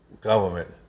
government